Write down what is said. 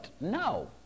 No